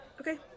Okay